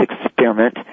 experiment